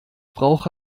brauche